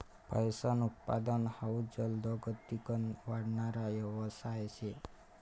फयेसनं उत्पादन हाउ जलदगतीकन वाढणारा यवसाय शे